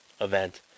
event